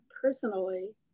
personally